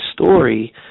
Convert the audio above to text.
story